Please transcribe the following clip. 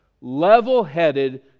level-headed